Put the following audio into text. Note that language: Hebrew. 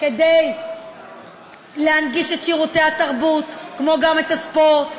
כדי להנגיש את שירותי התרבות, כמו גם את הספורט,